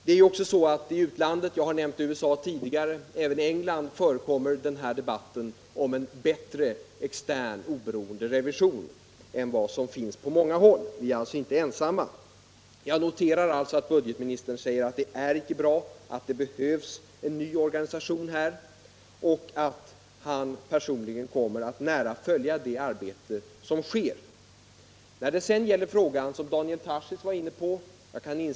Även i utlandet — jag har tidigare nämnt USA, men det gäller också England — förekommer den här debatten om en bättre extern oberoende revision än den som nu finns på många håll. Vi är alltså inte ensamma. Jag noterar alltså att budgetministern sade att den nuvarande revisionen inte är bra, att det behövs en ny organisation i detta sammanhang och att budgetministern personligen kommer att nära följa det arbete som pågår. När det sedan gäller den fråga som Daniel Tarschys var inne på — jag kan f.ö.